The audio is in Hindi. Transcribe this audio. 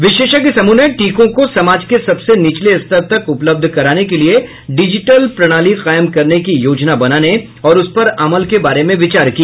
विशेषज्ञ समूह ने टीकों को समाज के सबसे निचले स्तर तक उपलब्ध कराने के लिए डिजिटल प्रणाली कायम करने की योजना बनाने और उसपर अमल के बारे में विचार किया